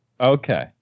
Okay